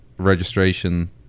registration